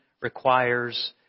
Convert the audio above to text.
requires